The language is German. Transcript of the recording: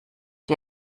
dir